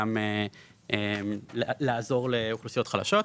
וגם לעזרה לאוכלוסיות חלשות.